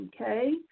Okay